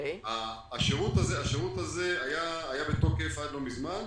השירות הזה היה בתוקף עד לא מזמן,